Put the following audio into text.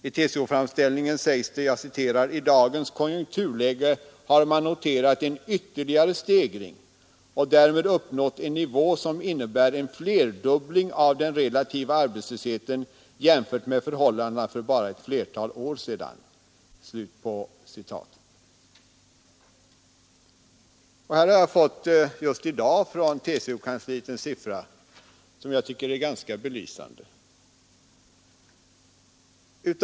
I TCO-framställningen sägs: ”I dagens konjunkturläge har man noterat en ytterligare stegring och därvid uppnått en nivå som innebär en flerdubbling av den relativa arbetslösheten jämfört med förhållandena för bara ett fåtal år sedan.” Jag har just i dag från TCO-kansliet fått en siffra som jag tycker är ganska belysande.